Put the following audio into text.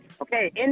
Okay